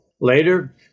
Later